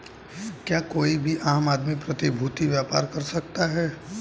क्या कोई भी आम आदमी प्रतिभूती व्यापार कर सकता है?